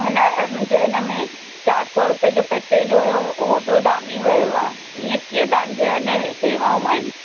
हिन मुंहिंजे इनमें चारि सौ रुपए जो पैकेज हुयो उहो बि उॾामी वियो आहे ईअं कीअं तव्हांजी इन सेवाऊं आहिनि